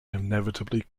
inevitably